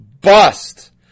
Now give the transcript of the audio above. bust